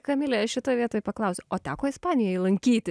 kamile aš šitoj vietoj paklausiu o teko ispanijoj lankyti